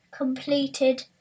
completed